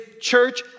church